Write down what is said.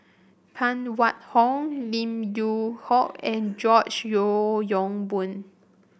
Phan Wait Hong Lim Yew Hock and George Yeo Yong Boon